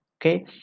okay